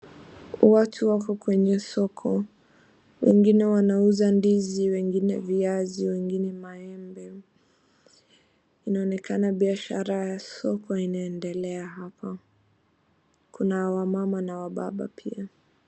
Watu wako kwenye oko, wengine wanauza ndizi wengine viazi wengine maembe, inaonekana biashara ya soko inaendelea hapa, kuna wamama na wababa pia.